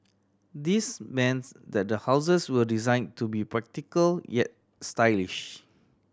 this that the houses were design to be practical yet stylish